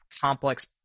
complex